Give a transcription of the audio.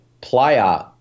player